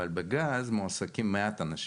אבל בגז מועסקים מעט אנשים,